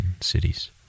cities